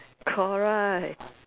correct